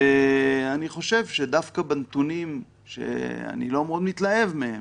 אני חושב שדווקא בנתונים, שאני לא מאוד מתלהב מהם,